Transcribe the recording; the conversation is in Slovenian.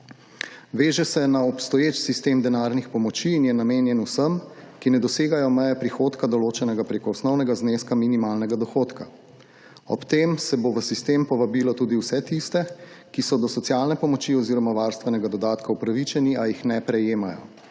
Veže se na obstoječ sistem denarnih pomoči in je namenjen vsem, ki ne dosegajo meje prihodka določenega preko osnovnega zneska minimalnega dohodka. Ob tem se bo v sistem povabilo tudi vse tiste, ki so do socialne pomoči oziroma varstvenega dodatka opravičeni ali jih ne prejemajo.